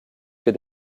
que